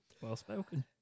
well-spoken